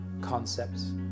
concepts